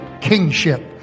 kingship